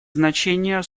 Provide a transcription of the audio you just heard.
значение